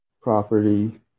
property